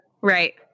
right